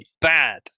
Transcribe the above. bad